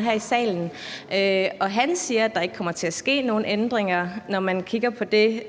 her i salen, og han siger, at der ikke kommer til at ske nogen ændringer. Når man kigger på det,